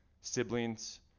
siblings